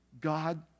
God